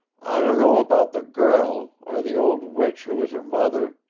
i dunno about the girl, or the old witch who was her mother,